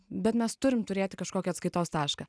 bet mes turim turėti kažkokį atskaitos tašką